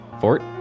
Fort